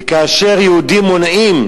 וכאשר יהודים מונעים,